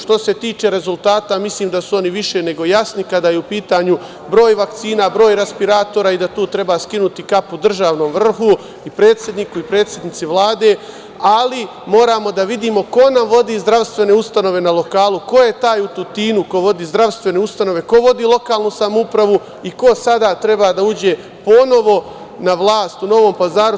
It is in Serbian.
Što se tiče rezultata, mislim da su oni više nego jasni kada je u pitanju broj vakcina, broj respiratora i da tu treba skinuti kapu državnom vrhu i predsedniku i predsednici Vlade, ali moramo da vidimo ko nam vodi zdravstvene ustanove na lokalu, ko je taj u Tutinu koji vodi zdravstvene ustanove, ko vodi lokalnu samoupravu i ko sada treba da uđe ponovo na vlast u Novom Pazaru.